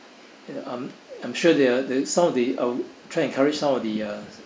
I'm I'm sure there are some of the I'll try encourage some of the uh